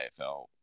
AFL